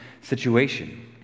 situation